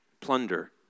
plunder